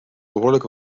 behoorlijk